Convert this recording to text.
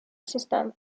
system